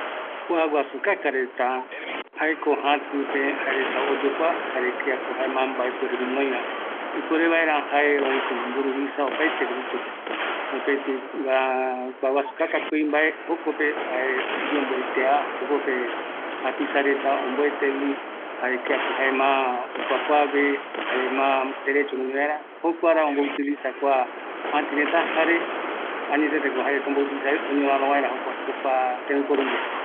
﻿Kua guasukaka reta, jaeko jatɨpe jaereta oyokua, jare kiako jae ma mbaepuere guinoiva, ipuere vaera jae oï komo mburuvisa opaete grupope, mopeti kau guasukaka kuimbae, jokope yemboetea, jokope japisa reta omboetevi jare kiako jae ma okuakuague jare ma derecho guinoi vaera, jukuara omboutiliza kua jatireta jare añeteteko jaereta omboutiliza oñoraro vaera jokua tembiporu ndie